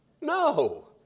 No